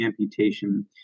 amputation